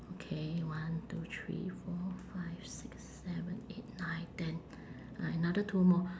okay one two three four five six seven eight nine ten uh another two more